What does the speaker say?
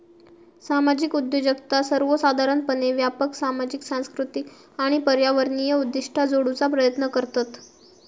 सामाजिक उद्योजकता सर्वोसाधारणपणे व्यापक सामाजिक, सांस्कृतिक आणि पर्यावरणीय उद्दिष्टा जोडूचा प्रयत्न करतत